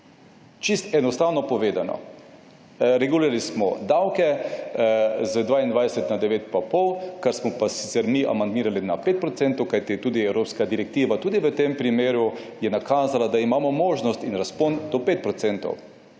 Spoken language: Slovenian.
Čisto enostavno povedano. Regulirali smo davke z 22 na 9,5, kar smo pa mi amandmirali na 5 %. Evropska direktiva je tudi v tem primeru nakazala, da imamo možnost in razpon do 5 %.